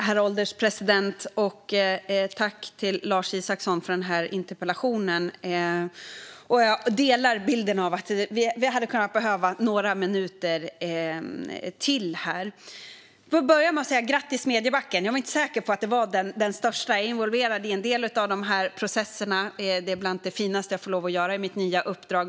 Herr ålderspresident! Jag tackar Lars Isacsson för interpellationen. Jag instämmer i bilden av att vi hade behövt några minuter till. Jag börjar med att säga grattis till Smedjebacken. Jag är involverad i en del av processerna, och det är bland det finaste jag får lov att göra i mitt nya uppdrag.